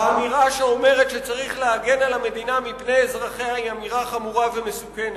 האמירה שצריך להגן על המדינה מפני אזרחיה היא אמירה חמורה ומסוכנת.